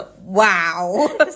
Wow